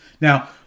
Now